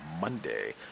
Monday